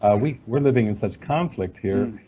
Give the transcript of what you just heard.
we're we're living in such conflict here.